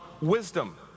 wisdom